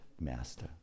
master